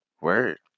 Word